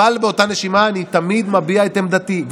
אבל באותה נשימה, אני תמיד מביע את עמדתי.